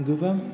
गोबां